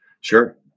Sure